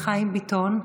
חיים ביטון,